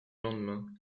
lendemain